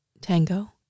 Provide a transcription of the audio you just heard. tango